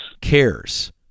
cares